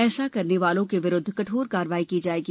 ऐसा करने वालों के विरुद्ध कठोर कार्रवाई की जाएगी